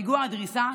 פיגוע הדריסה,